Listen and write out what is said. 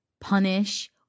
punish